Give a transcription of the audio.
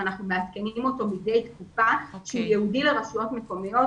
מעדכנים מדי תקופה שהוא ייעודי לרשויות מקומיות.